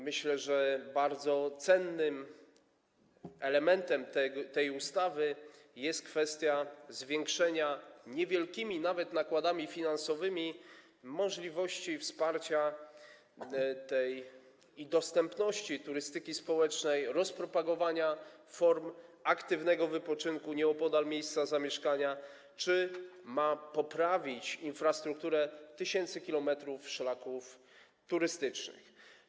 Myślę, że bardzo cennym elementem tej ustawy jest kwestia zwiększenia, nawet niewielkimi nakładami finansowymi, możliwości wsparcia dostępności turystyki społecznej, rozpropagowania form aktywnego wypoczynku nieopodal miejsca zamieszkania czy ma to też poprawić infrastrukturę tysięcy kilometrów szlaków turystycznych.